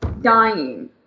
dying